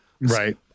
Right